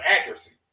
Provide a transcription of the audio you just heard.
accuracy